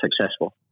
successful